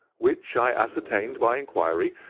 which, i ascertained by inquiry,